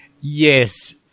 Yes